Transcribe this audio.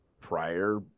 prior